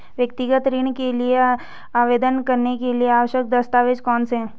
व्यक्तिगत ऋण के लिए आवेदन करने के लिए आवश्यक दस्तावेज़ कौनसे हैं?